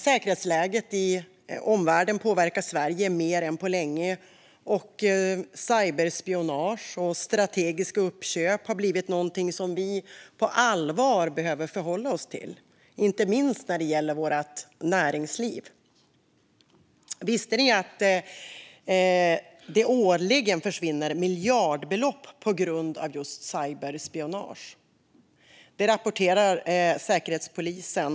Säkerhetsläget i omvärlden påverkar Sverige mer än på länge, och cyberspionage och strategiska uppköp har blivit något som vi på allvar behöver förhålla oss till - inte minst när det gäller vårt näringsliv. Visste ni att det årligen försvinner miljardbelopp på grund av just cyberspionage? Det rapporterar Säkerhetspolisen.